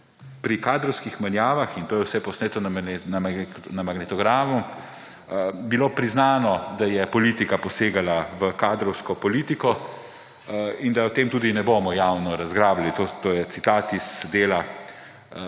pri kadrovskih menjavah, in to je vse posneto na magnetogramu, bilo priznano, da je politika posegala v kadrovsko politiko in da o tem tudi ne bomo javno razglabljali. To je citat iz dela